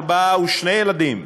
ארבעה או שני ילדים,